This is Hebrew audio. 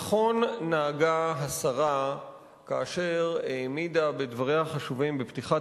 נכון נהגה השרה כאשר העמידה בדבריה החשובים בפתיחת